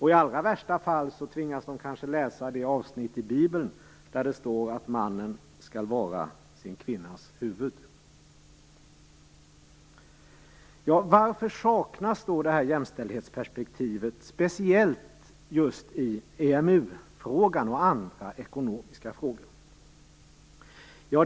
I allra värsta fall tvingas de kanske läsa det avsnitt i Bibeln där det står att mannen skall vara sin kvinnas huvud. Varför saknas då jämställdhetsperspektivet speciellt just i EMU-frågan och andra ekonomiska frågor?